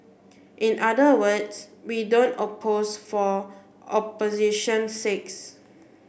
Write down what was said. in other words we don't oppose for opposition sakes